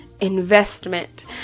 investment